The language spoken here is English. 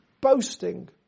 boasting